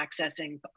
accessing